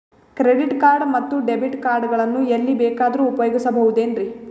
Credit card ಮತ್ತು debit card ಗಳನ್ನು ಎಲ್ಲಿ ಬೇಕಾದ್ರು ಉಪಯೋಗಿಸಬಹುದೇನ್ರಿ?